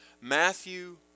Matthew